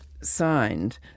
signed